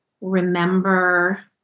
remember